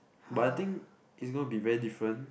but I think it's gonna be very different